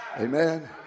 amen